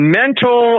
mental